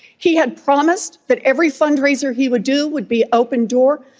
he had promised that every fundraiser he would do would be open door,